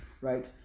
right